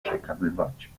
przekazywać